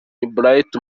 wright